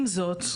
עם זאת,